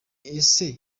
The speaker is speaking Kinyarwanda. ese